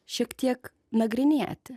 šiek tiek nagrinėti